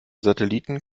satelliten